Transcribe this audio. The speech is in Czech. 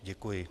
Děkuji.